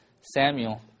Samuel